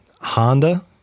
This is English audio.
Honda